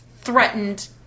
threatened